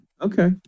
Okay